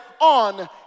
on